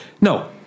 No